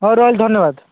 ହେଉ ରହିଲି ଧନ୍ୟବାଦ